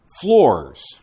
Floors